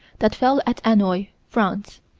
that fell at annoy, france,